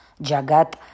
Jagat